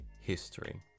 history